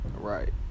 Right